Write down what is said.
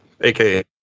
AKA